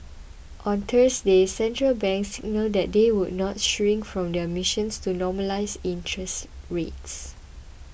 on Thursday central banks signalled that they would not shirk from their missions to normalise interest rates